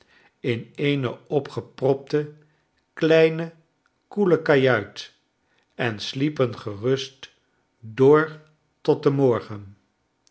in eene opgepropte kleine koele kajuit en sliepen gerust door tot den morgen